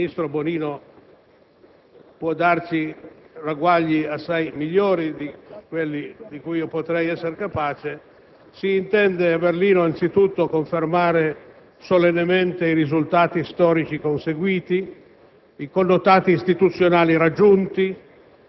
A quanto se ne capisce - ma, certo, il ministro Bonino può darci ragguagli assai migliori di quelli di cui io potrei essere capace - a Berlino si intende anzitutto confermare solennemente i risultati storici conseguiti,